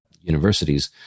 universities